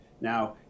Now